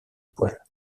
poils